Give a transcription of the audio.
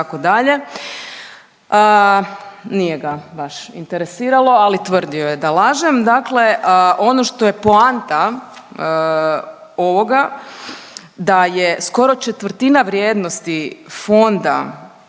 nije ga baš interesiralo, ali tvrdio je da lažem. Dakle, ono što je poanta ovoga da je skoro ¼ vrijednosti fonda